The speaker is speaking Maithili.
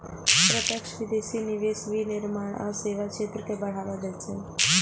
प्रत्यक्ष विदेशी निवेश विनिर्माण आ सेवा क्षेत्र कें बढ़ावा दै छै